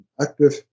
active